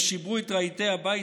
הם שיברו את רהיטי הבית,